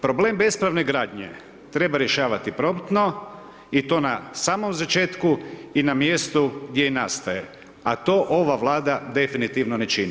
Problem bespravne gradnje treba rješavati promptno i to na samom začetku i na mjestu gdje i nastaje, a to ova Vlada definitivno ne čini.